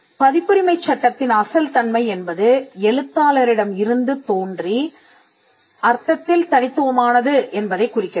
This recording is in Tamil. பதிப்புரிமைச் சட்டத்தின் அசல் தன்மை என்பது எழுத்தாளரிடம் இருந்து தோன்றி அர்த்தத்தில் தனித்துவமானது என்பதை குறிக்கிறது